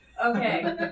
Okay